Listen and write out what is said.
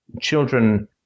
children